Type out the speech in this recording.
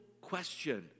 question